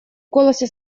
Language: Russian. голосе